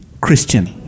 christian